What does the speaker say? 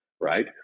right